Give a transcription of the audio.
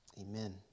Amen